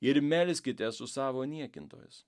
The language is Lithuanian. ir melskitės su savo niekintojais